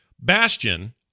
Bastion